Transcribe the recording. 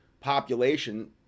population